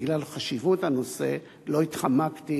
בגלל חשיבות הנושא לא התחמקתי